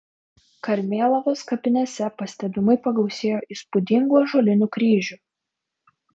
karmėlavos kapinėse pastebimai pagausėjo įspūdingų ąžuolinių kryžių